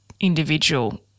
individual